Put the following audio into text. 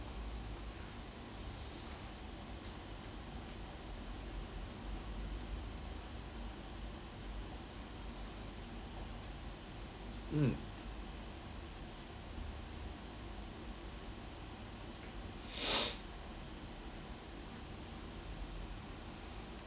mm